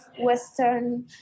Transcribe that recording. Western